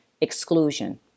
exclusion